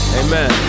amen